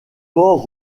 port